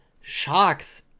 sharks